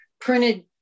printed